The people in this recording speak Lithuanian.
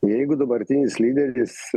jeigu dabartinis lyderis